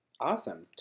Awesome